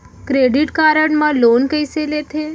Credit card मा loan कइसे लेथे?